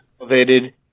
elevated